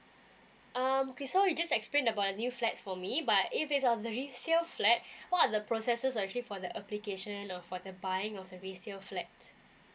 um okay so you just explain about the new flat for me but if it's on the resale flat what are the processes are actually for the application or for the buying of a resale flat